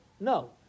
No